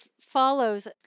follows